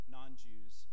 non-Jews